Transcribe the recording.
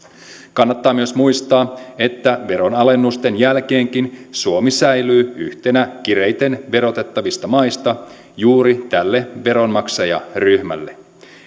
kannattaa myös muistaa että veronalennusten jälkeenkin suomi säilyy yhtenä kireiten verotettavista maista juuri tälle veronmaksajaryhmälle